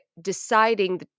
deciding